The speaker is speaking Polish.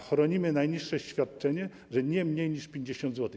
Chronimy najniższe świadczenia, nie mniej niż 50 zł.